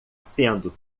sendo